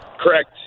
Correct